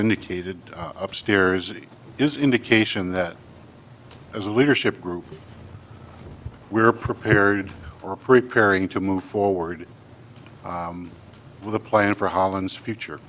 indicated upstairs it is indication that as a leadership group we're prepared or preparing to move forward with a plan for holland's future